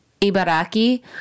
Ibaraki